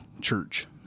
church